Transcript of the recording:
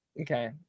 Okay